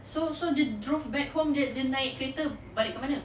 so so they they drove back home dia naik naik kereta balik ke mana